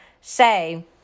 say